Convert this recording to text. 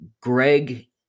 Greg